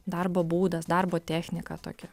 darbo būdas darbo technika tokia